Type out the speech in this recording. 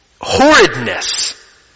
horridness